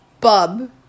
Bub